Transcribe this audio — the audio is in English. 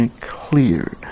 clear